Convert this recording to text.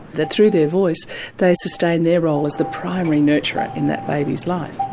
that through their voice they sustain their role as the primary nurturer in that baby's life.